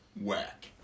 Whack